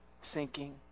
sinking